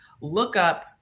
lookup